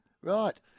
Right